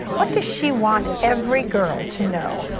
what does she want every girl to know?